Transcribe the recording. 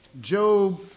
Job